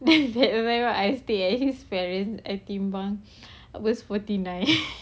then bila I stayed at his parents I timbang I was forty nine